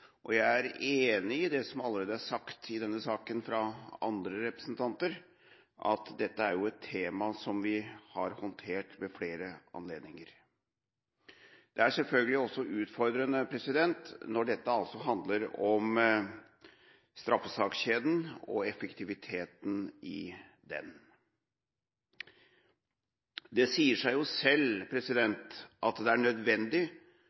og jeg er enig i det som allerede er sagt i denne saken fra andre representanter, at dette er jo et tema som vi har håndtert ved flere anledninger. Det er selvfølgelig også utfordrende når dette handler om straffesakskjeden og effektiviteten i den. Det sier seg selv at det er nødvendig